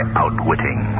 outwitting